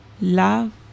love